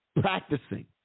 practicing